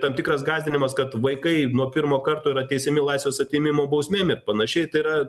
tam tikras gąsdinimas kad vaikai nuo pirmo karto yra teisiami laisvės atėmimo bausmėm panašiai tai yra